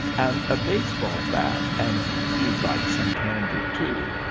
and a baseball batt and hed like sum candy to.